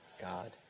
God